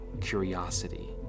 curiosity